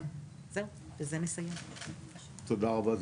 תודה רבה.